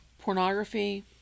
pornography